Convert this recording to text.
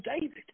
David